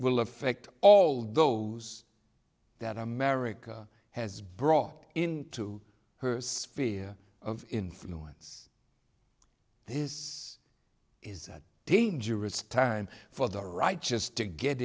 will affect all those that america has brought into her sphere of influence his is a dangerous time for the righteous to get